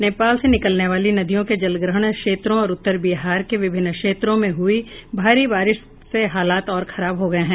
नेपाल से निकलने वाली नदियों के जलग्रहण क्षेत्रों और उत्तर बिहार के विभिन्न क्षेत्रों में हुई भारी बारिश से हालात और खराब हो गये हैं